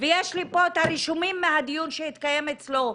ויש לי פה את הרישומים מהדיון שהתקיים אצלו,